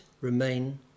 remain